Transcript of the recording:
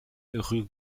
rue